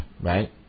right